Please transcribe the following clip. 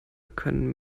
können